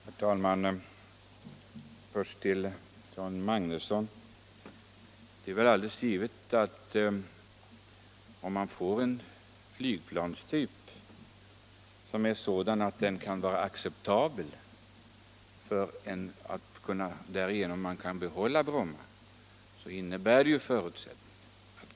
Herr talman! Först några ord till herr Magnusson i Kristinehamn. Det är alldeles givet att om man får en flygplanstyp som kan vara acceptabel för Bromma, innebär detta förutsättningar att bättre kunna göra ett folkflyg.